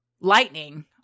lightning